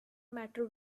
matter